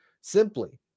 simply